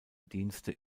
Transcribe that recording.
dienste